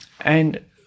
And-